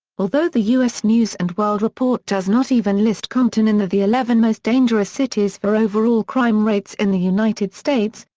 although the u s. news and world report does not even list compton in the the eleven most dangerous cities for overall crime rates in the united states,